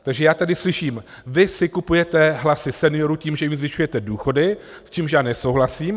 Takže já tady slyším: vy si kupujete hlasy seniorů tím, že jim zvyšujete důchody, s čímž já nesouhlasím.